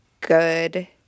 good